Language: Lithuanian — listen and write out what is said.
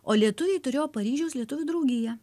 o lietuviai turėjo paryžiaus lietuvių draugiją